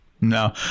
No